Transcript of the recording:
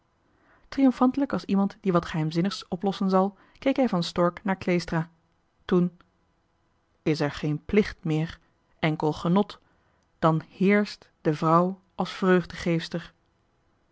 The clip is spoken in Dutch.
triomfantelijk als iemand die wat geheimzinnigs oplossen zal keek hij van stork naar kleestra toen is er geen plicht meer enkel genot dan héérscht de vrouw als vreugdegeefster